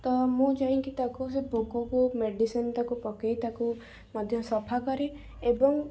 ତ ମୁଁ ଯାଇକି ତାକୁ ସେ ପୋକକୁ ମେଡ଼ିସିନ ତାକୁ ପକାଇ ତାକୁ ମଧ୍ୟ ସଫା କରେ ଏବଂ